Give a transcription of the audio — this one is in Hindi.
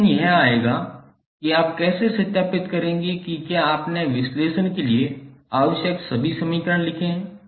अब प्रश्न यह आएगा कि आप कैसे सत्यापित करेंगे कि क्या आपने विश्लेषण के लिए आवश्यक सभी समीकरण लिखे हैं